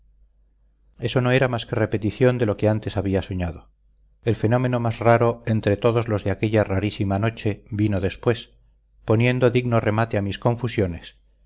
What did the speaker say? eso no era más que repetición de lo que antes había soñado el fenómeno más raro entre todos los de aquella rarísima noche vino después poniendo digno remate a mis confusiones